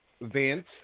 Vince